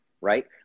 right